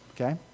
okay